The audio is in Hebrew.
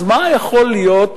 אז מה יכול להיות?